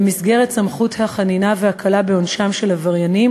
במסגרת סמכות החנינה וההקלה בעונשם של עבריינים